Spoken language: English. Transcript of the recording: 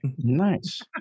Nice